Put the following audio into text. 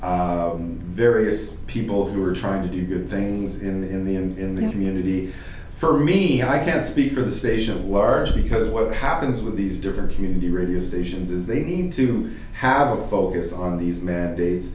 that various people who are trying to do good things in the in the in this community for me and i can't speak for the state of large because what happens with these different community radio stations is they need to have a focus on these mandates